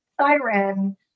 siren